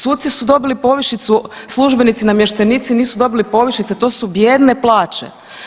Suci su dobili povišicu, službenici i namještenicu dobili povišice, to su bijedne plaće.